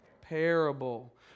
Parable